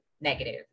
negative